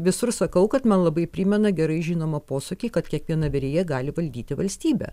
visur sakau kad man labai primena gerai žinomą posakį kad kiekviena virėja gali valdyti valstybę